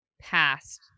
past